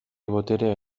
boterea